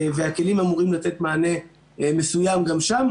והכלים אמורים לתת מענה מסוים גם שם.